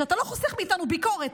שאתה לא חוסך מאיתנו ביקורת,